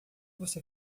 você